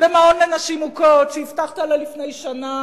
במעון לנשים מוכות, שהבטחת לה לפני שנה